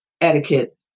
etiquette